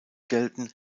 gelten